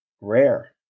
rare